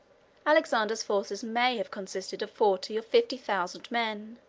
alexander's forces may have consisted of forty or fifty thousand men,